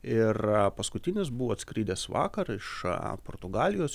ir paskutinis buvo atskridęs vakar iš portugalijos